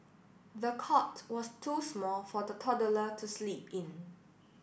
the cot was too small for the toddler to sleep in